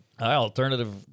Alternative